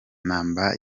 mba